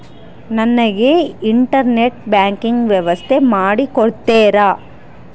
ನನಗೆ internet banking ವ್ಯವಸ್ಥೆ ಮಾಡಿ ಕೊಡ್ತೇರಾ?